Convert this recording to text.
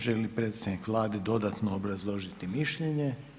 Želi li predsjednik Vlade dodatno obrazložiti mišljenje?